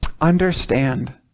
understand